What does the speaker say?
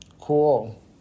Cool